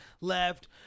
left